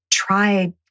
try